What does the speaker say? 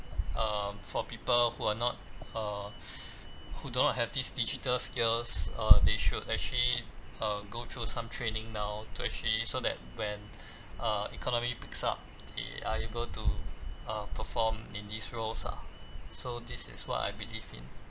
um for people who are not uh who do not have these digital skills uh they should actually uh go through some training now to actually so that when uh economy picks up they are able to uh perform in these roles ah so this is what I believe in